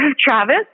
Travis